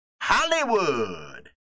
Hollywood